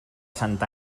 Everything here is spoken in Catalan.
santa